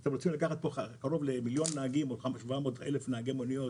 אז אתם רוצים לקחת פה 700,000 נהגי מוניות,